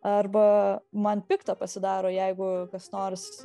arba man pikta pasidaro jeigu kas nors